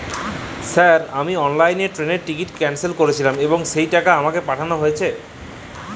Sir আমি অনলাইনে ট্রেনের টিকিট ক্যানসেল করেছিলাম এবং সেই টাকা আমাকে পাঠানো হয়েছে?